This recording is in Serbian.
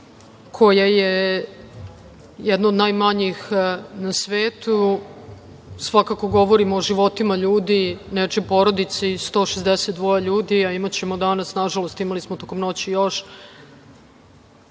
koja je jedna od najmanjih na svetu, svakako govorimo o životima ljudi, nečijoj porodici, 162 ljudi, a imaćemo danas, nažalost imali smo tokom noći još,